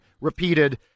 repeated